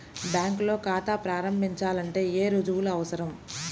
బ్యాంకులో ఖాతా ప్రారంభించాలంటే ఏ రుజువులు అవసరం?